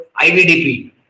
IVDP